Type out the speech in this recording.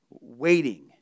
waiting